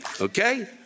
okay